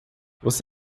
você